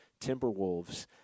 Timberwolves